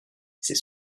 c’est